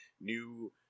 New